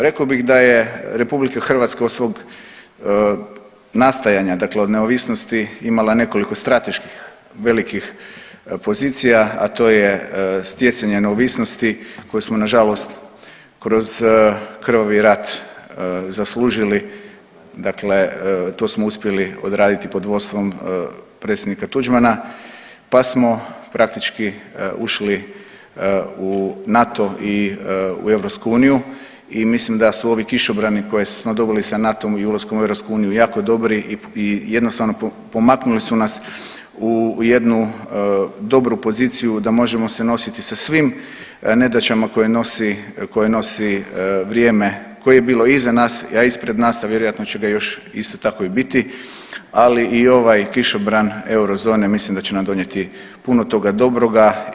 Rekao bih da je RH od svog nastajanja, dakle od neovisnosti imala nekoliko strateških velikih pozicija, a to je stjecanje neovisnosti koju smo nažalost kroz krvavi rat zaslužili, dakle to smo uspjeli odraditi pod vodstvom predsjednika Tuđmana, pa smo praktički ušli u NATO i u EU i mislim da su ovi kišobrani koje smo dobili sa NATO-m i ulaskom u EU jako dobri i jednostavno pomaknuli su nas u jednu dobru poziciju da možemo se nositi sa svim nedaćama koje nosi vrijeme koje je bilo iza nas, a ispred nas, a vjerojatno će ga još isto tako i biti, ali i ovaj kišobran eurozone mislim da će nam donijeti puno toga dobroga.